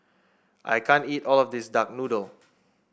I can't eat all of this Duck Noodle